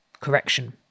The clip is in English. Correction